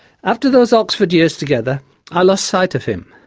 after those oxford years together i lost sight of him.